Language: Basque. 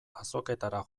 azoketara